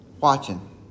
watching